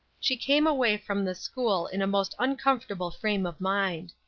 she came away from the school in a most uncomfortable frame of mind.